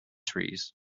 trees